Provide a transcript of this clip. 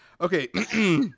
okay